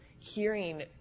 hearing